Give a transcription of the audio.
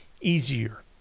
easier